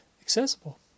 accessible